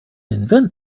invent